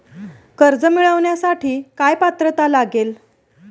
कर्ज मिळवण्यासाठी काय पात्रता लागेल?